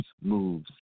moves